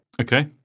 okay